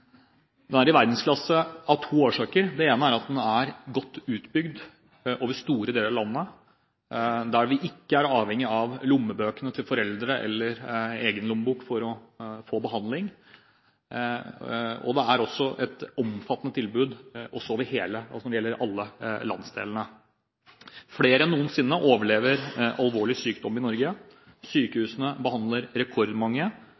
Den er i verdensklasse av to årsaker. Det ene er at den er godt utbygd over store deler av landet, og vi er ikke avhengig av lommebøkene til foreldre eller egen lommebok for å få behandling. Det er også et omfattende tilbud i alle landsdelene. Flere enn noensinne overlever alvorlig sykdom i Norge,